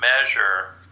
measure